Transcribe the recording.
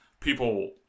people